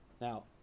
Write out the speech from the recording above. Now